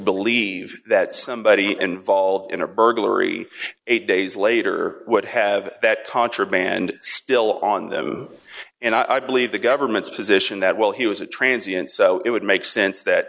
believe that somebody involved in a burglary eight days later would have that contraband still on them and i believe the government's position that well he was a transients so it would make sense that